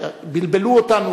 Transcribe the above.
בלבלו אותנו,